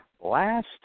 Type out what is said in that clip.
last